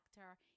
actor